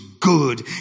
good